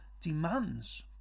demands